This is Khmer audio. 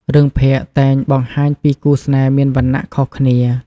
រឿងភាគតែងបង្ហាញពី គូស្នេហ៍មានវណ្ណៈខុសគ្នា។